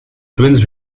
twins